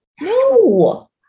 No